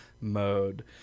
mode